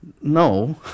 no